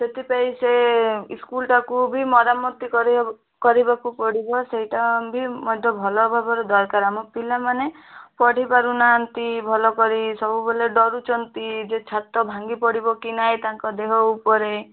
ସେଥିପାଇଁ ସେ ସ୍କୁଲ୍ଟାକୁବି ମରାମତି କରି କରିବାକୁ ପଡ଼ିବ ସେଇଟାବି ମଧ୍ୟ ଭଲ ଭାବରେ ଦୟାକରି ଆମ ପିଲାମାନେ ପଢ଼ି ପାରୁନାହାନ୍ତି ଭଲକରି ସବୁବେଲେ ଡ଼ରୁଛନ୍ତି ଯେ ଛାତ ଭାଙ୍ଗି ପଡ଼ିବ କି ନାଇଁ ତାଙ୍କ ଦେହ ଉପରେ